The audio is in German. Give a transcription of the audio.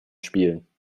spielen